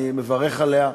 אני מברך עליה.